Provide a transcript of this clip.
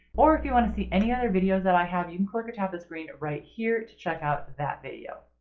or if you want to see any other videos that i have, you can click or tap the screen right here to check out that video.